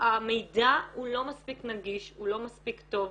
המידע הוא לא מספיק נגיש, הוא לא מספיק טוב.